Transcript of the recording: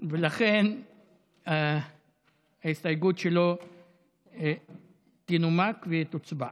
ולכן ההסתייגות שלו תנומק ותוצבע.